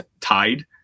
tied